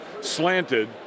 slanted